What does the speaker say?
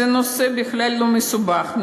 הוא בכלל לא מסובך.